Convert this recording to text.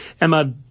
Emma